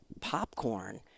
popcorn